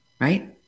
right